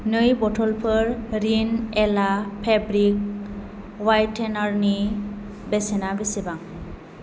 नै बथ'लफोर रिन एला फेब्रिक व्हायटेनारनि बेसेना बेसेबां